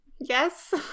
Yes